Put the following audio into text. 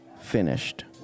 finished